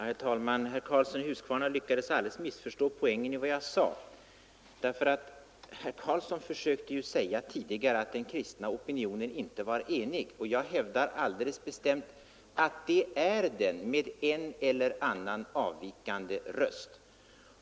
Herr talman! Herr Karlsson i Huskvarna lyckades alldeles missförstå poängen i vad jag sade. Herr Karlsson försökte ju tidigare säga att den kristna opinionen inte var enig. Jag hävdar alldeles bestämt att den är det, bortsett från en eller annan avvikande röst.